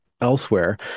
elsewhere